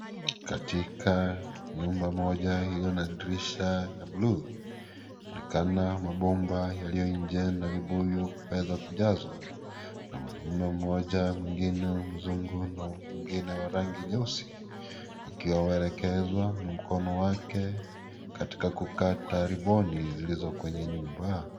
Katika nyumba moja hilo na dirisha ya bluu. Yaonekana mabomba yaliyonje na vibuyu kuweza kujazwa. Na mwanaume mmoja mwingine mzungu na mwingine wa rangi nyeusi. Wakiwa waelekezwa na mkono wake katika riboni zilizo kwenye nyumba.